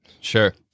Sure